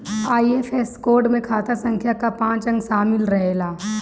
IFSC code में खाता संख्या कअ पांच अंक शामिल रहेला